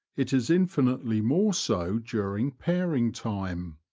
it is infinitely more so during pairing time.